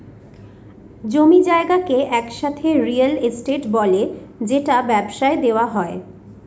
জমি জায়গাকে একসাথে রিয়েল এস্টেট বলে যেটা ব্যবসায় দেওয়া হয়